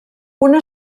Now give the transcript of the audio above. una